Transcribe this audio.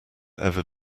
ever